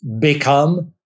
Become